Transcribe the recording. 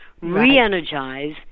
re-energize